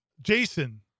Jason